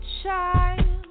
child